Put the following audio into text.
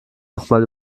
nochmal